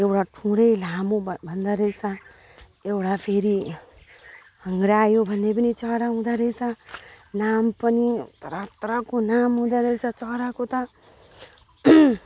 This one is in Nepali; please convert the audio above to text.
एउटा ठुँडै लामो भन्दारहेछ एउटा फेरि हङ्ग्रायो भन्ने पनि चरा हुँदारहेछ नाम पनि तरह तरहको नाम हुँदारहेछ चराको त